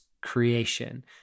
creation